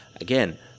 Again